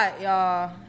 y'all